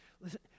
Listen